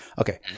Okay